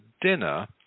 dinner